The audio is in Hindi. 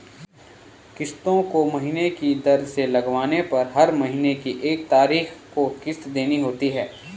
किस्तों को महीने की दर से लगवाने पर हर महीने की एक तारीख को किस्त देनी होती है